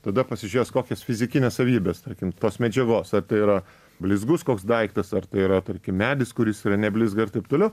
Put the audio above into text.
tada pasižiūrės kokios fizikinės savybės tarkim tos medžiagos ar tai yra blizgus koks daiktas ar tai yra tarkim medis kuris yra neblizga ir taip toliau